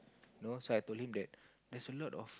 you know so I told him that there's a lot of